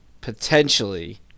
Potentially